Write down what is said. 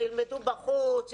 שילמדו בחוץ,